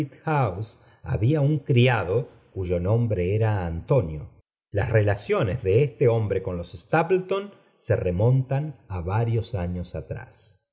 había un criado cuyo nombre era antonio las relaciones de este hombre con los stapleton se remontan á varios años atrás